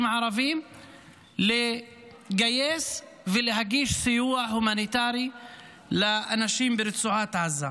הערבים לגייס ולהגיש סיוע הומניטרי לאנשים ברצועת עזה.